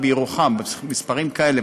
לקבל דירה בירוחם במספרים כאלה,